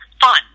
fun